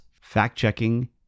fact-checking